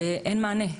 ואין מענה.